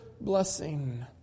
blessing